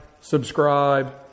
subscribe